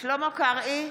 שלמה קרעי,